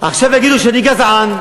עכשיו יגידו שאני גזען.